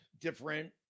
different